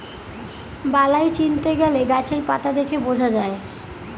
বালাই চিনতে গেলে গাছের পাতা দেখে বোঝা যায়